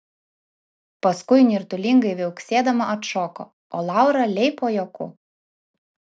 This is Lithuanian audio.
paskui nirtulingai viauksėdama atšoko o laura leipo juoku